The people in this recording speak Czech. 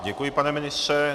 Děkuji, pane ministře.